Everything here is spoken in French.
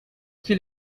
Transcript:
qu’il